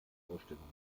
vorstellungen